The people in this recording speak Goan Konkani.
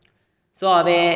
सो हांवें